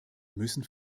müssen